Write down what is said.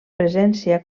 presència